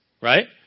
right